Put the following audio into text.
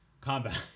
combat